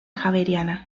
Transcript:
javeriana